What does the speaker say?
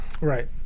Right